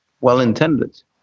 well-intended